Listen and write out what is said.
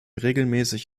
regelmäßig